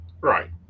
right